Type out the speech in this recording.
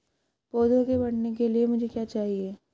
पौधे के बढ़ने के लिए मुझे क्या चाहिए?